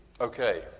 okay